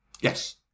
Yes